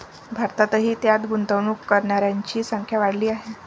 भारतातही त्यात गुंतवणूक करणाऱ्यांची संख्या वाढली आहे